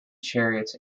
chariots